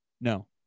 No